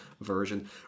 version